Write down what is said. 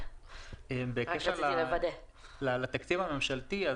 בקשר לתקציב הממשלתי.